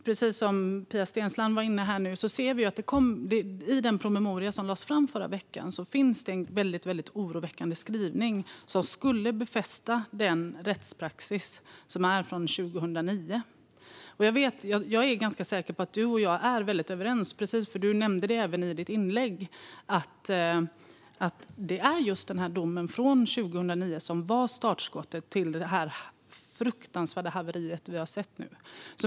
Precis som Pia Steensland var inne på ser vi att det i den promemoria som lades fram förra veckan finns en väldigt oroväckande skrivning som skulle befästa den rättspraxis som råder sedan 2009. Jag är ganska säker på att du och jag är överens, Mikael Dahlqvist. Du nämnde även i ditt inlägg att det var just domen från 2009 som var startskottet för det fruktansvärda haveri vi har sett.